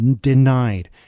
denied